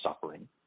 suffering